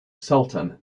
sultan